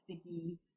sticky